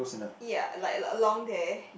ya like like along there